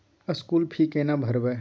School fee केना भरबै?